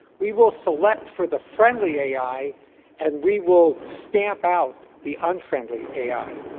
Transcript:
we will select for the friendly ai and we will stamp out the unfriendly ai.